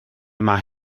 mae